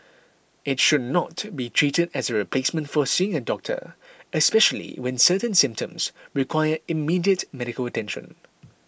it should not be treated as a replacement for seeing a doctor especially when certain symptoms require immediate medical attention